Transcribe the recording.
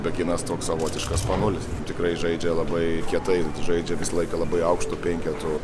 bekinas toks savotiškas ponulis tikrai žaidžia labai kietai žaidžia visą laiką labai aukštu penketu